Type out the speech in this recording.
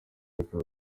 bikaba